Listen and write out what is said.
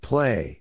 Play